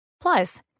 Plus